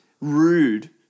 rude